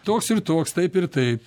toks ir toks taip ir taip